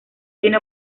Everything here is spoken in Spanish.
tiene